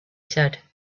said